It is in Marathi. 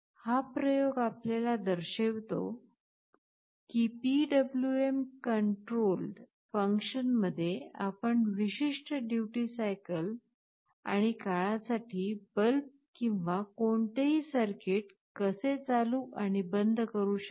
हा प्रयोग आपल्याला दर्शवितो की PWM कंट्रोलड फॅशन मध्ये आपण विशिष्ट ड्युटी सायकल आणि काळासाठी बल्ब किंवा कोणतेही सर्किट कसे चालू आणि बंद करू शकतो